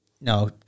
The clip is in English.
No